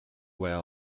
wear